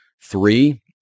three